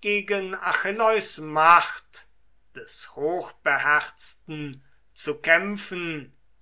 gegen achilleus macht des hochbeherzten zu kämpfen